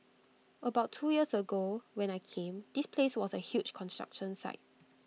about two years ago when I came this place was A huge construction site